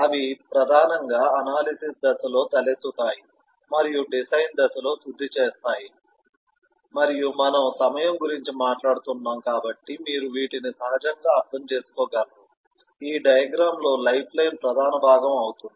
అవి ప్రధానంగా అనాలిసిస్ దశలో తలెత్తుతాయి మరియు డిజైన్ దశలో శుద్ధి చేస్తాయి మరియు మనము సమయం గురించి మాట్లాడుతున్నాము కాబట్టి మీరు వీటిని సహజంగా అర్థం చేసుకోగలరు ఈ డయాగ్రమ్ లో లైఫ్ లైన్ ప్రధాన భాగం అవుతుంది